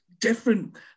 different